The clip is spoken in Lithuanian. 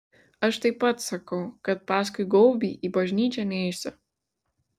aš taip pat sakau kad paskui gaubį į bažnyčią neisiu